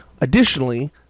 additionally